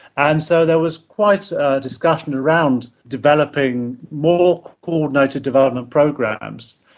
and so there was quite a discussion around developing more coordinated development programs.